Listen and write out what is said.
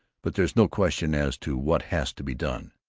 but there's no question as to what has to be done.